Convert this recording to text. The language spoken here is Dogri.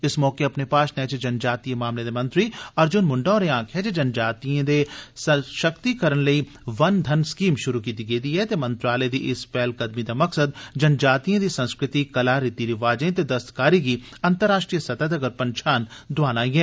इस मौके अपने भाषणै च जनजातीय मामलें दे मंत्री अर्जुन मुंडा होरें आक्खेआ जे जनजातिएं दे सशक्तिकरण लेई ''वन घन'' स्कीम शुरू कीती गेई ऐ ते मंत्रालय दी इस पैहलकदमी दा मकससद जनजातिए दी संस्कृति कला रीति रिवाजें ते दस्तकारी गी अंतरराष्ट्रीय सतह तगर पंछान दोआना ऐ